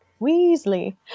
Weasley